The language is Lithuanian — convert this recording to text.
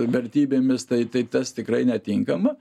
vertybėmis tai tai tas tikrai netinkama